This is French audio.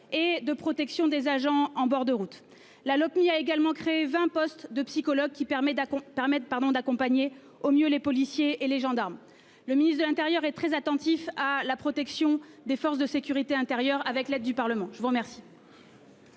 et de protection des agents en bord de route. La Lopmi a également créé 20 postes de psychologues qui permet d'Akon. Pardon d'accompagner au mieux les policiers et les gendarmes, le ministre de l'Intérieur est très attentif à la protection des forces de sécurité intérieure avec l'aide du Parlement. Je vous remercie.